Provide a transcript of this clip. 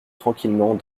tranquillement